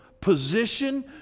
position